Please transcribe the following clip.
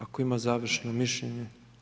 Ako ima završno mišljenje?